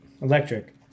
Electric